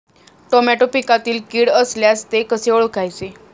Tomato पिकातील कीड असल्यास ते कसे ओळखायचे?